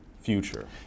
Future